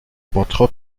bottrop